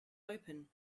open